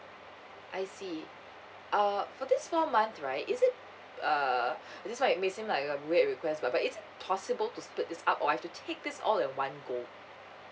I see uh for these four months right is it uh this might may seem like a weird request but is it possible to split this up or I have to take this all at one go